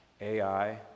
Ai